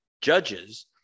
judges